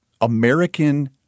American